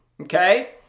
okay